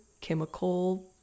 chemical